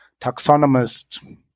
taxonomist